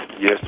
Yes